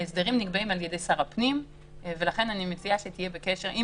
ההסדרים נקבעים על ידי שר הפנים ולכן אני מציעה שתהיה בקשר עם